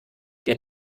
der